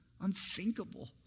unthinkable